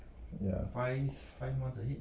ya